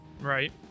Right